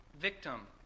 victim